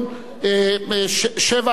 שבע הצעות במספר,